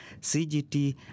CGT